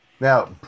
Now